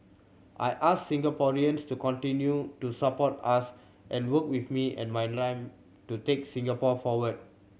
I ask Singaporeans to continue to support us and work with me and my to take Singapore forward